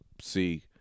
see